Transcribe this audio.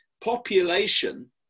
population